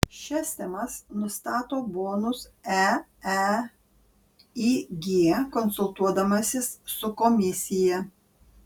šias temas nustato bonus eeig konsultuodamasis su komisija